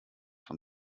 von